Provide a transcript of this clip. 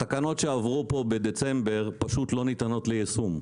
התקנות שעברו פה בדצמבר פשוט לא ניתנות ליישום.